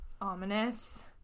ominous